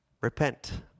repent